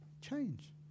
change